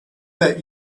bet